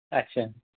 अच्छा